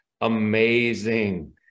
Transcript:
amazing